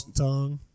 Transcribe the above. tongue